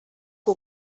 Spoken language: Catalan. que